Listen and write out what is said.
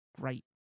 great